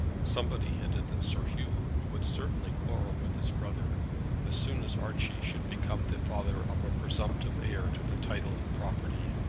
somebody hinted that sir hugh would certainly quarrel with his brother as soon as archie should become the father of a presumptive heir to the title and property.